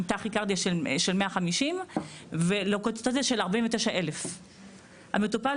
עם טכיקרדיה של 150 ולויקוציטוריה של 49,000. המטופל